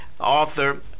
Author